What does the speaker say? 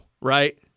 right